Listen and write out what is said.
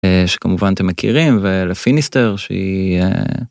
שכמובן אתם מכירים ולפיניסטר שהיא.